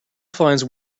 finds